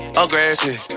aggressive